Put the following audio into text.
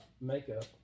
makeup